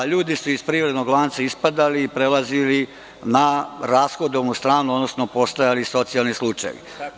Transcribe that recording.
Ljudi su iz privrednog lanca ispadali i prelazili na rashodovnu stranu, odnosno postojali socijalni slučajevi.